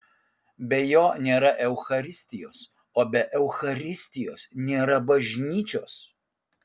be jo nėra eucharistijos o be eucharistijos nėra bažnyčios